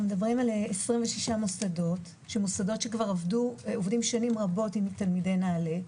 אנחנו מדברים על 26 מוסדות שעובדים שנים רבות עם תלמידי נעל"ה,